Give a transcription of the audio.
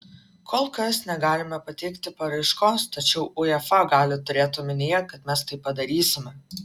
kol kas negalime pateikti paraiškos tačiau uefa gali turėti omenyje kad mes tai padarysime